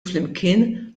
flimkien